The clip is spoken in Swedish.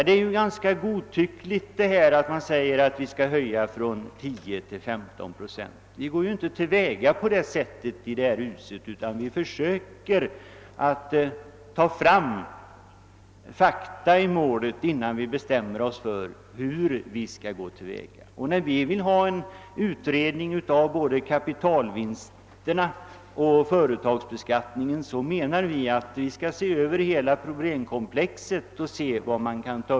Det är mycket möjligt att den väg jag förordar är den snabbaste, men det kan också hända att man på den väg som motionärerna föreslår snabbast kan nå resultat.